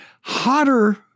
hotter